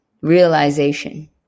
realization